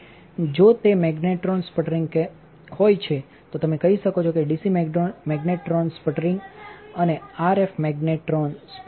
તેથી જો તે મેગ્નેટ્રોન સ્પટરિંગ હોય તો તમે કહી શકો છો ડીસી મેગ્નેટ્રોન સ્પટરિંગ અને આરએફ મેગ્નેટ્રોન સ્પટરિંગ